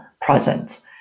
presence